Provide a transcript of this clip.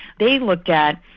they looked at,